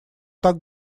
так